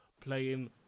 playing